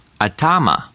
Atama